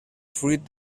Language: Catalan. fruit